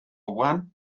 one